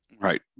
Right